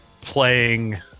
playing